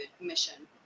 mission